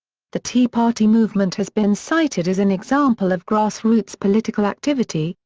the tea party movement has been cited as an example of grassroots political activity,